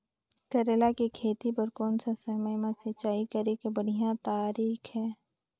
करेला के खेती बार कोन सा समय मां सिंचाई करे के बढ़िया तारीक हे?